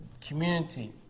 community